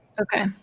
Okay